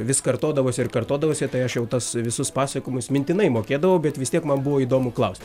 vis kartodavosi ir kartodavosi tai aš jau tas visus pasakojimus mintinai mokėdavau bet vis tiek man buvo įdomu klaust